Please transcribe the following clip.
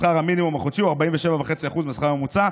שכר המינימום החודשי הוא 47.5% מהשכר הממוצע,